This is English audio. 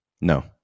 no